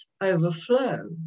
overflow